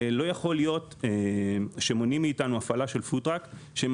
לא יכול להיות שמונעים מאתנו הפעלה של פוד-טראק שהם